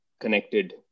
connected